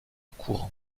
courant